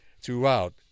throughout